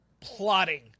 plotting